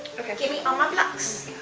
okay. gimme all my blocks.